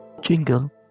Jingle